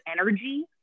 energy